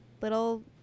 little